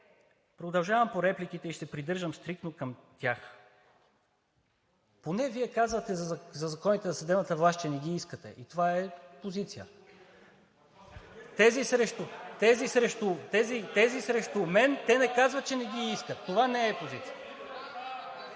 Продължавам по репликите и ще се придържам стриктно към тях. Поне Вие казвате за законите за съдебната власт, че не ги искате и това е позиция. Тези срещу мен не казват, че не ги искат и това не е позиция.